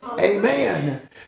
Amen